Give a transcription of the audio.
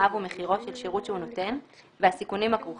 תנאיו ומחירו של שירות שהוא נותן והסיכונים הכרוכים